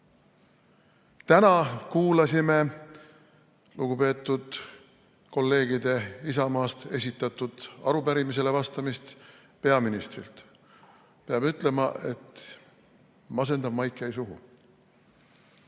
Täna kuulasime lugupeetud Isamaa-kolleegide esitatud arupärimisele vastamist peaministrilt. Peab ütlema, et masendav maik jäi suhu.